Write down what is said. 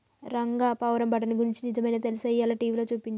రంగా పావురం బఠానీ గురించి నిజమైనా తెలుసా, ఇయ్యాల టీవీలో సూపించాడు